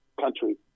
country